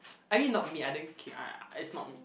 I mean not me I didn't kick I I it's not me